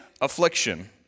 affliction